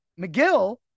McGill